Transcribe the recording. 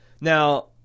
Now